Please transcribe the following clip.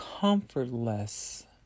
comfortless